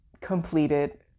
completed